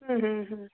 ହୁଁ ହୁଁ ହୁଁ